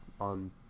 on